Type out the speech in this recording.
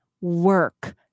work